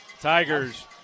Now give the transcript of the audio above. Tigers